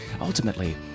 ultimately